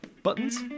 Buttons